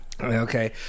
okay